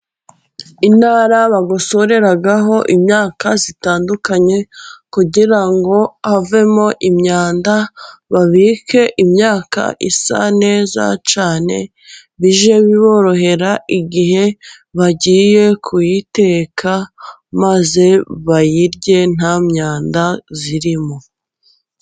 Intara bagosoreraho imyaka itandukanye kugira ngo havemo imyanda, babike imyaka isa neza cyane bijye biborohera igihe bagiye kuyiteka, maze bayirye nta myanda irimo.